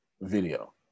video